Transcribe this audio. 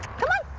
come on,